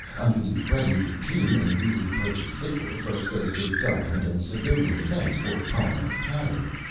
under the present routine a newly purchased tickler first goes to government and civilian defense for primary patterning,